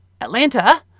Atlanta